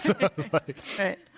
Right